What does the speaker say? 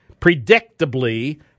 Predictably